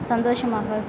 சந்தோஷமாக